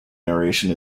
narration